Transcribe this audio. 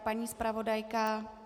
Paní zpravodajka?